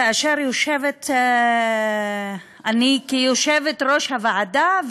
כאשר יושבת אני כיושבת-ראש הוועדה,